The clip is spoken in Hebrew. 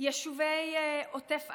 יישובי עוטף עזה,